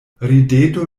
rideto